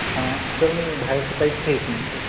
हां सर मी बाहेरचं काहीच खात नाही सर